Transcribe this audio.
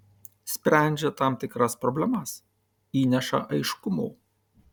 sprendžia tam tikras problemas įneša aiškumo